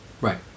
Right